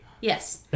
Yes